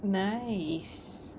nice